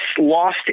lost